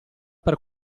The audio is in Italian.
per